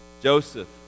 Joseph